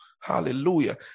hallelujah